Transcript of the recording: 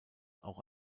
auch